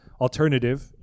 alternative